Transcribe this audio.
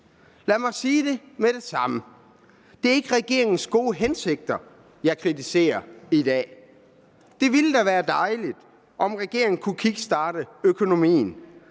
Lad mig sige med det samme: Det er ikke regeringens gode hensigter, jeg kritiserer i dag. Det ville da være dejligt, om regeringen kunne kickstarte økonomien;